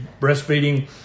breastfeeding